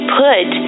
put